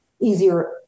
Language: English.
Easier